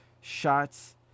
shots